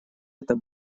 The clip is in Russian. это